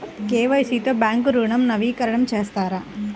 KYC తో bank ఋణం నవీకరణ చేస్తారా?